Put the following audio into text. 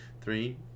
three